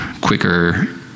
quicker